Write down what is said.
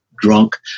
drunk